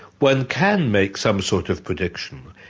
one can make some sort of prediction.